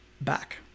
back